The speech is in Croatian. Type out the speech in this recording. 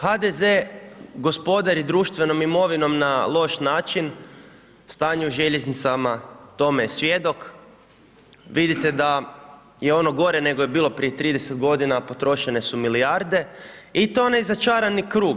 HDZ gospodari društvenim imovinom na loš način, stanje u željeznicama tome je svjedok, vidite da je ono gore nego je bilo prije 30 g. a potrošene su milijarde i to je onaj začarani krug.